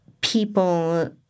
people